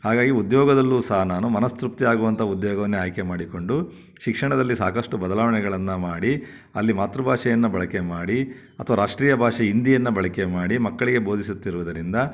ಹಾಗಾಗಿ ಉದ್ಯೋಗದಲ್ಲೂ ಸಹ ನಾನು ಮನಸ್ಸು ತೃಪ್ತಿಯಾಗುವಂಥ ಉದ್ಯೋಗವನ್ನೇ ಆಯ್ಕೆ ಮಾಡಿಕೊಂಡು ಶಿಕ್ಷಣದಲ್ಲಿ ಸಾಕಷ್ಟು ಬದಲಾವಣೆಗಳನ್ನು ಮಾಡಿ ಅಲ್ಲಿ ಮಾತೃಭಾಷೆಯನ್ನು ಬಳಕೆ ಮಾಡಿ ಅಥವಾ ರಾಷ್ಟ್ರೀಯ ಭಾಷೆ ಹಿಂದಿಯನ್ನ ಬಳಕೆ ಮಾಡಿ ಮಕ್ಕಳಿಗೆ ಬೋಧಿಸುತ್ತಿರುವುದರಿಂದ